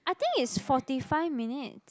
I think it's forty five minutes